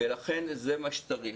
ולכן, זה מה שצריך.